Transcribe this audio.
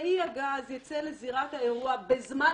טכנאי הגז ייצא לזירת האירוע בזמן